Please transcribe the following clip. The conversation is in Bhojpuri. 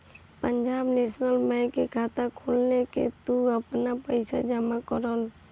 पंजाब नेशनल बैंक में खाता खोलवा के तू आपन पईसा जमा करअ